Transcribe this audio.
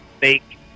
fake